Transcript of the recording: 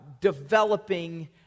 developing